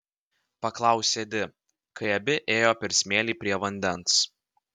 paklausė di kai abi ėjo per smėlį prie vandens